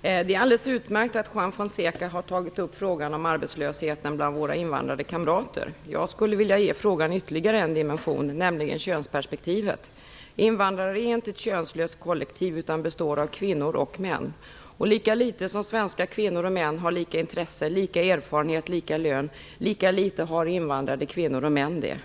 Det är alldeles utmärkt att Juan Fonseca har tagit upp frågan om arbetslösheten bland våra invandrade kamrater. Jag skulle vilja ge frågan ytterligare en dimension, nämligen könsperspektivet. Invandrare är inte ett könlöst kollektiv, utan består av kvinnor och män. Lika lite som svenska kvinnor och män har lika intresse, lika erfarenhet och lika lön har invandrade kvinnor och män det.